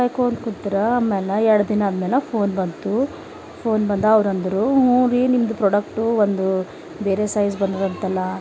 ಕಾಯ್ಕೊಂಡು ಕುಂತರ ಆಮ್ಯಾಲ ಎರಡು ದಿನ ಆದ ಮ್ಯಾಲ ಫೋನ್ ಬಂತು ಫೋನ್ ಬಂದ ಅವರು ಅಂದರು ಹ್ಞೂ ರೀ ನಿಮ್ಮದು ಪ್ರೊಡಕ್ಟು ಒಂದು ಬೇರೆ ಸೈಜ್ ಬಂದದಂತಲ್ಲಾ